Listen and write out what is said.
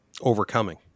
overcoming